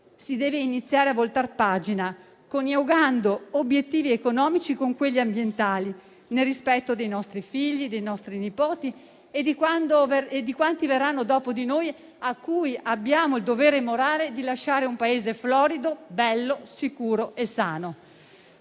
Si deve iniziare a voltare pagina, coniugando gli obiettivi economici con quelli ambientali, nel rispetto dei nostri figli, dei nostri nipoti e di quanti verranno dopo di noi, a cui abbiamo il dovere morale di lasciare un Paese florido, bello, sicuro e sano.